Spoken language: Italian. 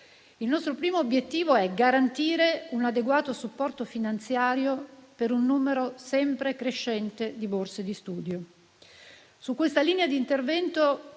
Il nostro primo obiettivo è garantire un adeguato supporto finanziario per un numero sempre crescente di borse di studio. Su questa linea di intervento